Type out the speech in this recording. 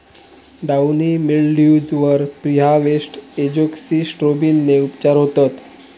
downy mildews वर preharvest एजोक्सिस्ट्रोबिनने उपचार होतत